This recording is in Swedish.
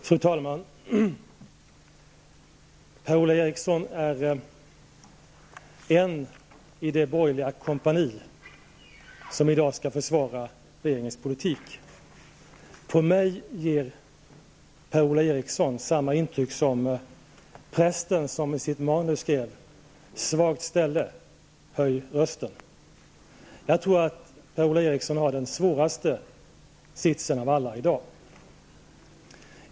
Fru talman! Per-Ola Eriksson är en i det borgerliga kompaniet som i dag skall försvara regeringens politik. På mig ger Per-Ola Eriksson samma intryck som prästen som i sitt manus skrev: Svagt ställe. Höj rösten! Jag tror att Per-Ola Eriksson har den svåraste sitsen av alla i dag.